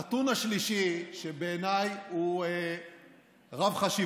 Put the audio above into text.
הנתון השלישי שבעיניי הוא רב-חשיבות